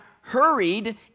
hurried